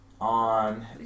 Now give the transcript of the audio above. On